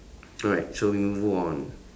so like so we move on